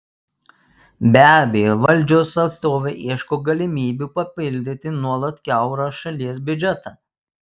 be abejo valdžios atstovai ieško galimybių papildyti nuolat kiaurą šalies biudžetą